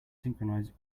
synchronize